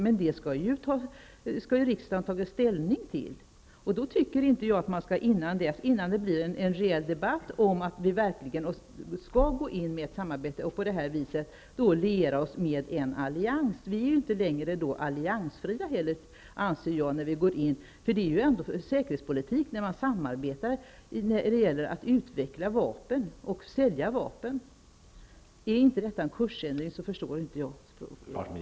Men det är något som riksdagen skall ta ställning till, innan det blir en reell debatt om att vi verkligen skall gå in i ett samarbete och på det här viset liera oss med en allians. Jag anser inte att vi är alliansfria om vi gör så. Det är ju fråga om säkerhetspolitik när man samarbetar om att utveckla och sälja vapen. Jag kan inte förstå annat än att det är fråga om en kursändring.